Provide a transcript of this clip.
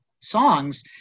songs